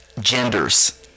genders